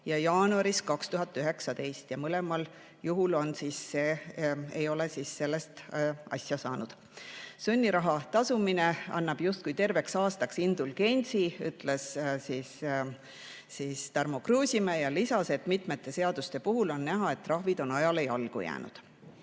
ja jaanuaris 2019. Kummalgi juhul ei ole sellest asja saanud. Sunniraha tasumine annab justkui terveks aastaks indulgentsi, ütles Tarmo Kruusimäe ja lisas, et mitmete seaduste puhul on näha, et trahvid on ajale jalgu jäänud.